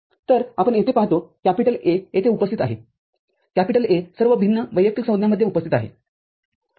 तरआपण येथे पाहतो A येथे उपस्थित आहे A सर्व भिन्न वैयक्तिक संज्ञांमध्ये उपस्थित आहे